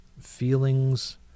feelings